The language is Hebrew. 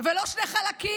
ולא שני חלקים,